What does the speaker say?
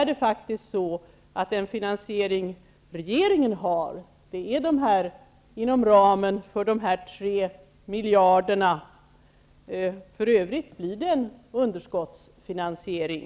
Den finansiering regeringen föreslår sker inom ramen för dessa tre miljarder, för övrigt blir det en underskottsfinansiering.